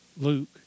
Luke